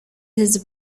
his